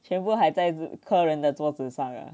钱不还在客人的桌子上 ah